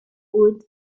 wood